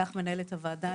לך מנהלת הוועדה,